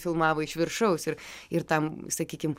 filmavo iš viršaus ir ir tam sakykim